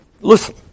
listen